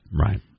Right